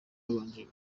babanje